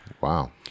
Wow